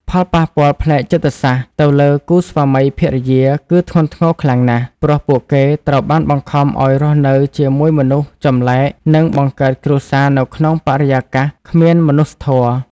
ផលប៉ះពាល់ផ្នែកចិត្តសាស្ត្រទៅលើគូស្វាមីភរិយាគឺធ្ងន់ធ្ងរខ្លាំងណាស់ ព្រោះពួកគេត្រូវបានបង្ខំឱ្យរស់នៅជាមួយមនុស្សចម្លែកនិងបង្កើតគ្រួសារនៅក្នុងបរិយាកាសគ្មានមនុស្សធម៌។